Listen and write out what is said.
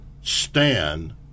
stand